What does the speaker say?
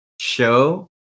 show